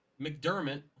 McDermott